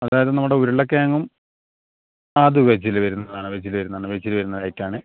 അതായത് നമ്മുടെ ഉരുളക്കിഴങ്ങും ആ അത് വെജിൽ വരുന്ന സാധനമാണ് വെജിൽ വരുന്നതാണ് വെജിൽ വരുന്നൊരു ഐറ്റം ആണ്